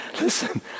listen